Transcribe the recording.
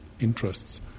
interests